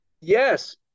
yes